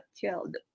killed